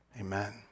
Amen